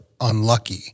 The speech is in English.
unlucky